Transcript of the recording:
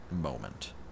moment